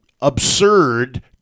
absurd